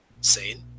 sane